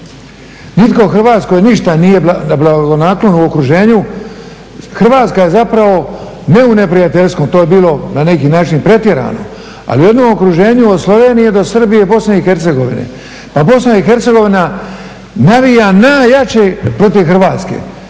Nitko Hrvatskoj ništa nije blagonaklon u okruženju, Hrvatska je zapravo, ne u neprijateljskom to bi bilo na neki način pretjerano, ali u jednom okruženju od Slovenije do Srbije i Bosne i Hercegovine. Pa Bosna i Hercegovina navija najjače protiv Hrvatske.